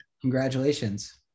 congratulations